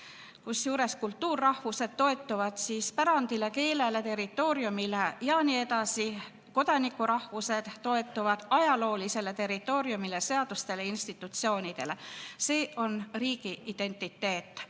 kusjuures kultuurrahvused toetuvad pärandile, keelele, territooriumile ja nii edasi, kodanikurahvused toetuvad ajaloolisele territooriumile, seadustele, institutsioonidele. See on riigiidentiteet.